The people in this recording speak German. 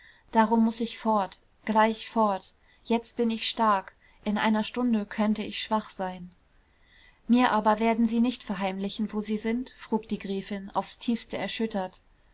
darum muß ich fort gleich fort jetzt bin ich stark in einer stunde könnte ich schwach sein mir aber werden sie nicht verheimlichen wo sie sind frug die gräfin aufs tiefste erschüttert